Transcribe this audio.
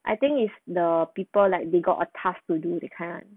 I think it's the people like they got a task to do that kind